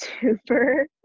super